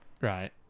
Right